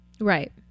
Right